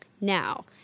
Now